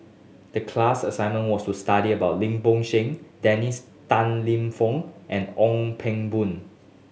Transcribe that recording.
the class assignment was to study about Lim Bo Seng Dennis Tan Lip Fong and Ong Ping Boon